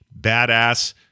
badass